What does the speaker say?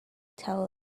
tell